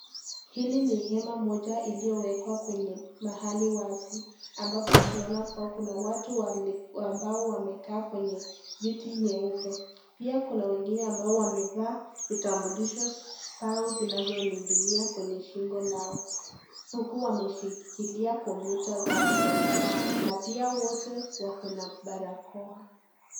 Hili ni hema moja iliyowekwa kwenye mahali wazi, ambapo tunaona kua kuna watu ambao wamekaa kwenye viti nyeupe. Pia kuna wengine ambao wamevaa kitambulisho zao zinazoninginia kwenye shingo zao, huku wameshikilia computer zao ndogo na pia wote wako na barakoa.